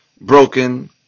broken